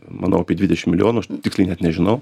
manau apie dvidešim milijonų aš tiksliai net nežinau